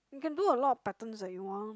you can do a lot of patterns that you want